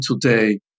today